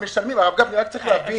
הרב גפני, רק צריך להבין.